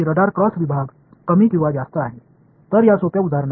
radar குறுக்குவெட்டு குறைவாகவோ அல்லது அதிகமாகவோ இருப்பதை நான் உருவகப்படுத்துகிறேன்